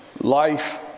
life